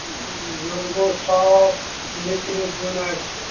زیُن گوٚو صاف نِکرٲوِتھ زیُن آسہِ